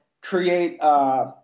create